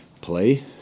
play